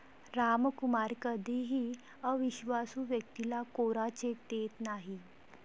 रामकुमार कधीही अविश्वासू व्यक्तीला कोरा चेक देत नाही